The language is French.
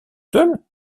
seuls